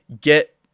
get